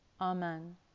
Amen